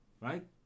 Right